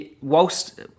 whilst